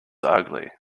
ugly